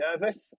nervous